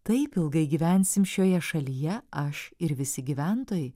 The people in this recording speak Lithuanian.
taip ilgai gyvensim šioje šalyje aš ir visi gyventojai